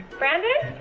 brandon!